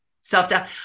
self-doubt